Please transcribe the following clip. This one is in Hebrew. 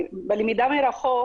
בלמידה מרחוק